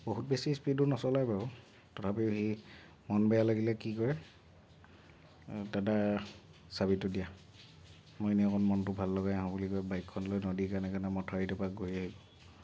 বহুত বেছি স্পীডো নচলাই বাৰু তথাপিও সি মন বেয়া লাগিলে কি কৰে দাদা চাবিটো দিয়া মই এনেই অকণ মনটো ভাল লগাই আহোঁ বুলি কৈ বাইকখন লৈ নদীৰ কাণে কাণে মথাউৰিটোৰ পৰা গৈয়ে আহিব